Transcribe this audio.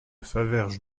faverges